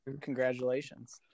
Congratulations